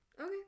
Okay